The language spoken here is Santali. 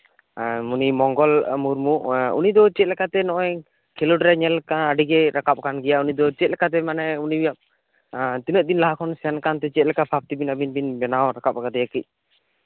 ᱩᱱᱤ ᱢᱚᱝᱜᱚᱞ ᱢᱩᱨᱢᱩ ᱩᱱᱤ ᱫᱚ ᱪᱮᱫ ᱞᱮᱠᱟᱛᱮ ᱱᱚᱜᱼᱚᱭ ᱠᱷᱮᱞᱳᱰ ᱨᱮ ᱧᱮᱞ ᱠᱟᱱ ᱟᱹᱰᱤ ᱜᱮᱭ ᱨᱟᱠᱟᱵᱽ ᱠᱟᱱ ᱜᱮᱭᱟ ᱩᱱᱤ ᱫᱚ ᱪᱮᱫ ᱞᱮᱠᱟᱛᱮ ᱢᱟᱱᱮ ᱩᱱᱤ ᱛᱤᱱᱟᱹᱜ ᱫᱤᱱ ᱞᱟᱦᱟ ᱠᱷᱚᱱ ᱥᱮᱱ ᱠᱟᱱᱛᱮ ᱪᱮᱫ ᱞᱮᱠᱟ ᱵᱷᱟᱵ ᱩᱱᱤ ᱵᱮᱱ ᱵᱮᱱᱟᱣ ᱨᱟᱠᱟᱵᱽ ᱠᱟᱫᱮᱭᱟ ᱠᱟᱹᱡ